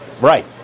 Right